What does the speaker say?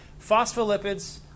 Phospholipids